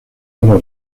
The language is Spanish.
para